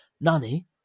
Nani